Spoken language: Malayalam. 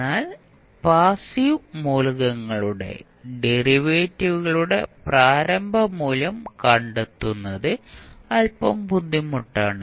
എന്നാൽ പാസ്സീവ് മൂലകങ്ങളുടെ ഡെറിവേറ്റീവുകളുടെ പ്രാരംഭ മൂല്യം കണ്ടെത്തുന്നത് അൽപ്പം ബുദ്ധിമുട്ടാണ്